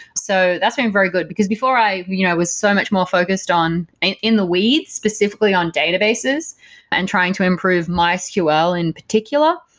so that's been very good. because before, i you know i was so much more focused on in the weeds, specifically on databases and trying to improve mysql in particular.